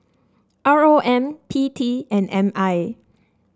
R O M P T and M I